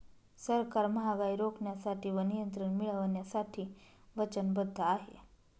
सरकार महागाई रोखण्यासाठी व नियंत्रण मिळवण्यासाठी वचनबद्ध आहे